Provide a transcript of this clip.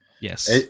Yes